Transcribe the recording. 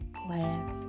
glass